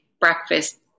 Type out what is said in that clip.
breakfast